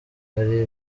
hari